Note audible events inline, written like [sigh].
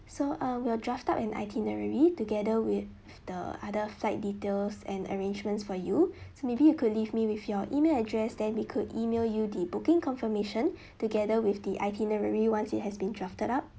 so uh we'll draft up an itinerary together with the other flight details and arrangements for you [breath] so maybe you could leave me with your email address then we could email you the booking confirmation [breath] together with the itinerary once it has been drafted up